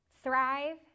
Thrive